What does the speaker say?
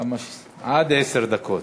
עד עשר דקות.